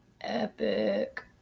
Epic